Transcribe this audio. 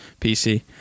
PC